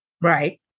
Right